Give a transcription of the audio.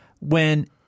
when-